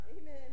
Amen